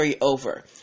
over